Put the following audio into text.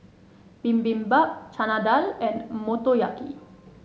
Bibimbap Chana Dal and Motoyaki